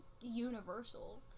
universal